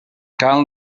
cal